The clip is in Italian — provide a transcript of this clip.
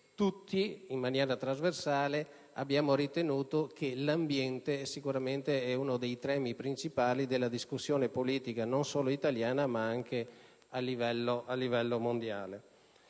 tutti, in maniera trasversale, abbiamo ritenuto che l'ambiente sicuramente è uno dei temi principali della discussione politica non solo italiana, ma anche a livello mondiale.